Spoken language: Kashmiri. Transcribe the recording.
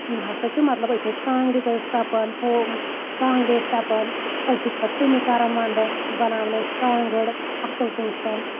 یِم ہسا چھ مطلب أسۍ ٲسۍ کانٛگٕرِ تہِ ٲسۍ تَپان ہُہ کانگٕرِ ٲسۍ تپان أسۍ ٲسۍ پَتہٕ ژِنہِ کَران وَنٛدس بناوان ٲسۍ کانٛگٕر اَصل پٲٹھۍ